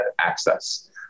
access